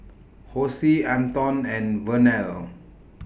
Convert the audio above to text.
Hosie Anton and Vernell